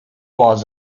was